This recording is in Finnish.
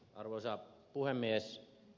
arvoisa puhemies